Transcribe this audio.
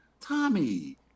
Tommy